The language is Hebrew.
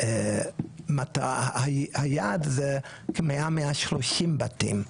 היעד זה כ-100-130 בתים.